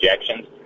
injections